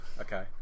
okay